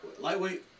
lightweight